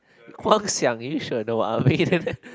Guang-Xiang you sure no I mean